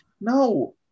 no